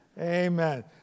Amen